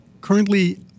Currently